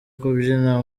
kubyina